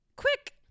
quick